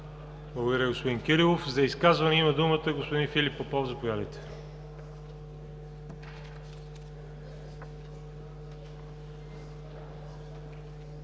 Благодаря, господин Кирилов. За изказване има думата господин Филип Попов.